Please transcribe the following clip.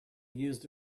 used